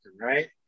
right